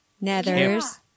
Nether's